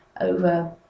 over